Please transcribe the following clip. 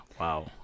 Wow